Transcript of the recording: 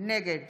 נגד